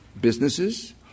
businesses